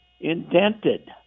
indented